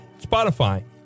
Spotify